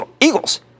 Eagles